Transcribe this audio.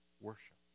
worship